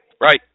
Right